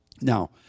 Now